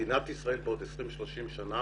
מדינת ישראל בעוד 30-20 שנים